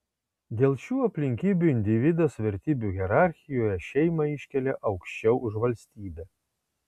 dėl šių aplinkybių individas vertybių hierarchijoje šeimą iškelia aukščiau už valstybę